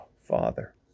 Father